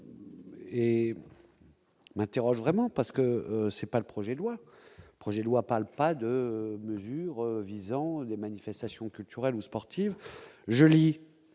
et Matterhorn vraiment parce que c'est pas le projet de loi, projet de loi, pas de mesures visant les manifestations culturelles ou sportives, je lis